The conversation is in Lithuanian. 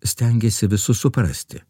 stengiasi visus suprasti